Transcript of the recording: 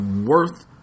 worth